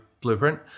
blueprint